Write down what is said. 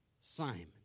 Simon